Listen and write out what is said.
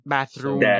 Bathroom